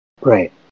Right